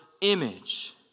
image